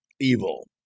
evil